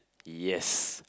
yes